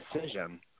decision